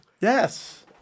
Yes